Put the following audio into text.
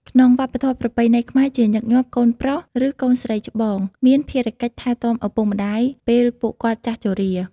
ក្នុងវប្បធម៌ប្រពៃណីខ្មែរ ជាញឹកញាប់កូនប្រុស ឬកូនស្រីច្បងមានភារកិច្ចថែទាំឪពុកម្តាយពេលពួកគាត់ចាស់ជរា។